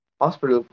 hospital